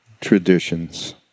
traditions